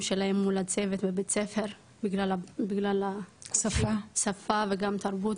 שלהם מול הצוות בבית ספר בגלל השפה וגם תרבות,